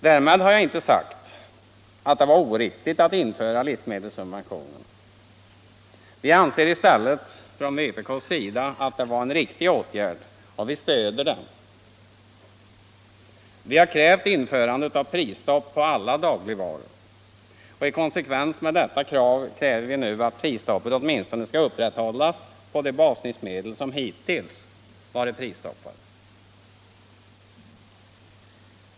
Därmed har jag inte sagt att det var oriktigt att införa livsmedelssubventionerna. Från vpk:s sida anser vi i stället att det var en riktig åtgärd, och vi stöder den. Vi har krävt införande av prisstopp på alla dagligvaror, och i konsekvens med detta krav kräver vi nu att prisstoppet åtminstone skall upprätthållas på de baslivsmedel som hittills varit prisstoppade.